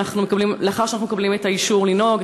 לאחר שאנחנו מקבלים את האישור לנהוג,